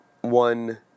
one